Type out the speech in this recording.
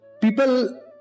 People